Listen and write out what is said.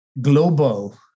global